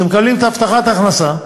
שמקבלים הבטחת הכנסה,